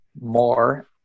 more